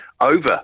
over